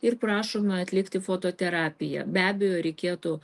ir prašoma atlikti fototerapiją be abejo reikėtų